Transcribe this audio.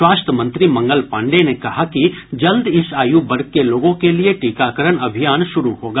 स्वास्थ्य मंत्री मंगल पांडेय ने कहा कि जल्द इस आयु वर्ग के लोगों के लिए टीकाकरण अभियान शुरू होगा